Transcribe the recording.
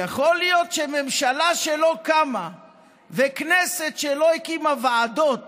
יכול להיות שממשלה שלא קמה וכנסת שלא הקימה ועדות